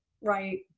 Right